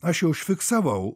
aš jau užfiksavau